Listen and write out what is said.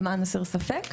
למען הסר ספק,